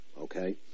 Okay